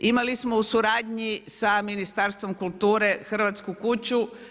Imali smo u suradnji sa Ministarstvom kulture hrvatsku kuću.